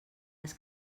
has